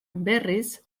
berriz